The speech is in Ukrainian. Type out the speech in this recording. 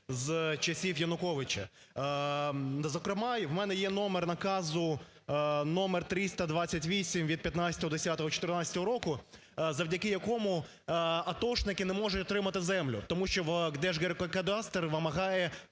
за часів Януковича. Зокрема в мене є номер наказу, номер 328 від 15.10.2014 року, завдяки якому атошники не можуть отримати землю тому що "Держгеокадастр" вимагає